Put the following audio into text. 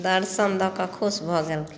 दर्शन दऽ कऽ खुश भऽ गेलखिन